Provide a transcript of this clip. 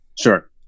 sure